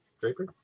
Draper